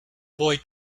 boy